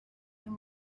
you